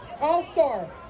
all-star